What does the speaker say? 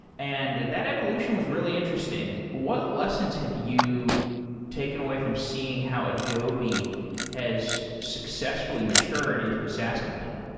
and that evolution was really interesting. what lessons have you taken away from seeing how adobe has successfully matured into a saas company?